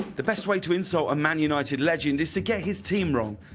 the best way to insult a man united legend is to get his team wrong.